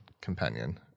companion